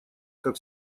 как